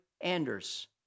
Anders